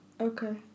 Okay